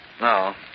No